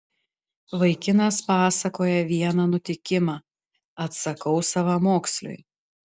vaikinas pasakoja vieną nutikimą atsakau savamoksliui